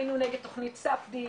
היינו נגד תוכנית ספדי,